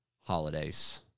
holidays